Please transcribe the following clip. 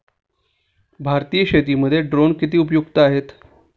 भारतीय शेतीमध्ये ड्रोन किती उपयुक्त आहेत?